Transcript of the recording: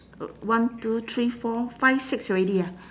one two three four five six already ah